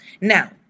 Now